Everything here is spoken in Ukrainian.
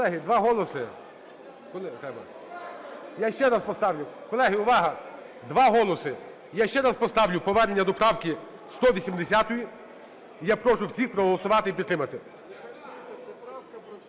Колеги, увага, два голоси. Я ще раз поставлю повернення до правки 180-ї. Я прошу всіх проголосувати і підтримати.